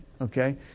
Okay